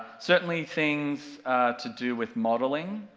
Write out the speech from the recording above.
certainly, things to do with modeling,